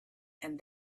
and